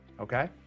okay